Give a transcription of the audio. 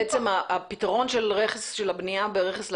הפתרון של הבנייה ברכס לבן,